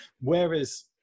whereas